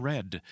Red